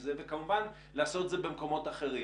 זה וכמובן לעשות את זה במקומות אחרים?